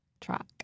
track